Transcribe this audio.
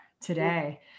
today